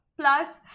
Plus